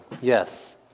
Yes